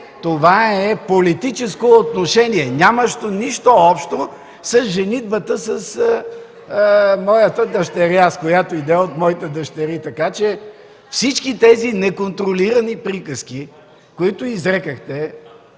Това е политическо отношение, нямащо нищо общо със женитбата с моята дъщеря, с която и да е от моите дъщери, така че всички тези неконтролирани приказки, които изрекохте